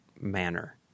manner